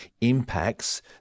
impacts